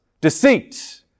deceit